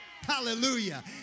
Hallelujah